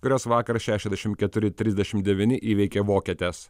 kurios vakar šešiasdešimt keturi trisdešimt devyni įveikė vokietes